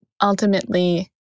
ultimately